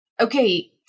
okay